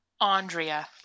andrea